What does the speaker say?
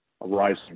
arising